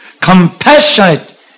compassionate